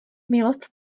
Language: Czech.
milost